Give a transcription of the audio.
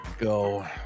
go